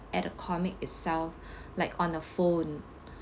at a comic itself like on the phone